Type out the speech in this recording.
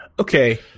okay